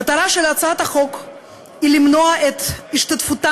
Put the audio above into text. המטרה של הצעת החוק היא למנוע את השתתפותן